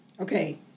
Okay